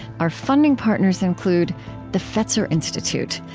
our funding partners include the fetzer institute,